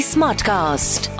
Smartcast